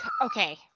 okay